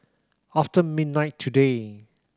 after midnight today